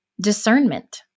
Discernment